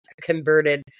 converted